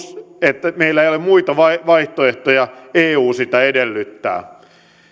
että meillä ei ole muita vaihtoehtoja eu sitä edellyttää